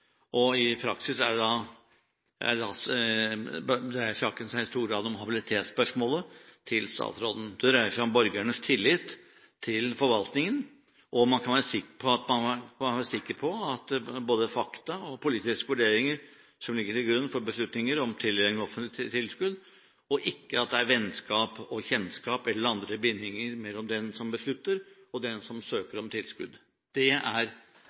og i praksis dreier saken seg i stor grad om habilitetsspørsmålet til statsråden. Det dreier seg om borgernes tillit til forvaltningen, og om man kan være sikker på at det er både fakta og politiske vurderinger som ligger til grunn for beslutninger om tildeling av offentlige tilskudd, og ikke at det er vennskap og kjennskap eller andre bindinger mellom den som beslutter, og den som søker om tilskudd. Det er